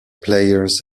players